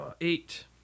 Eight